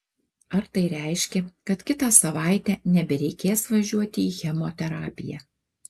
ar tai reiškia kad kitą savaitę nebereikės važiuoti į chemoterapiją